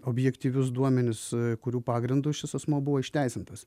objektyvius duomenis kurių pagrindu šis asmuo buvo išteisintas